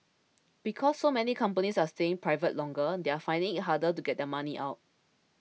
because so many companies are staying private longer they're finding it harder to get their money out